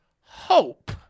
hope